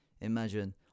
Imagine